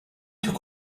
took